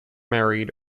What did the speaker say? married